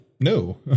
no